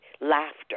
laughter